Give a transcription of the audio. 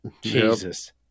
Jesus